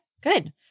good